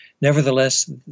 Nevertheless